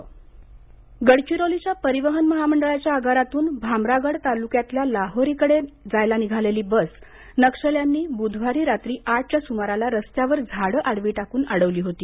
नक्षल गडचिरोलीच्या परिवहन महामंडळाच्या आगारातून भामरागड तालुक्यातल्या लाहेरीकडे जायला निघालेली बस नक्षल्यांनी बुधवारी रात्री आठच्या सुमाराला रस्त्यावर झाडं आडवी टाकून अडवली होती